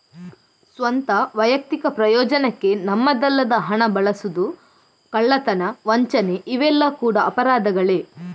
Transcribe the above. ಸ್ವಂತ, ವೈಯಕ್ತಿಕ ಪ್ರಯೋಜನಕ್ಕೆ ನಮ್ಮದಲ್ಲದ ಹಣ ಬಳಸುದು, ಕಳ್ಳತನ, ವಂಚನೆ ಇವೆಲ್ಲ ಕೂಡಾ ಅಪರಾಧಗಳೇ